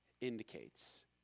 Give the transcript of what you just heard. indicates